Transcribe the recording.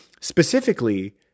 specifically